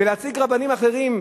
ולהציג רבנים אחרים,